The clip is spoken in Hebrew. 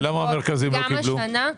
ולמה המרכזים לא קיבלו?